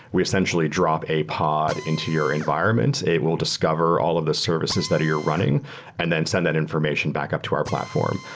we essentially drop a pod into your environment. it will discover all of the services that you're running and then send that information back up to our platform.